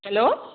hello